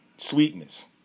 Sweetness